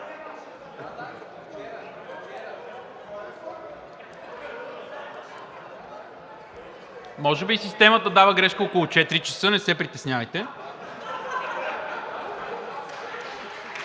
Може би системата дава грешка около 16,00 ч., но не се притеснявайте.